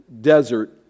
desert